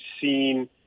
seen